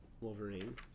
Wolverine